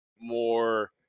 More